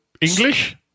English